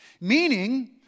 Meaning